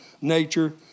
nature